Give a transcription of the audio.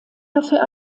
dafür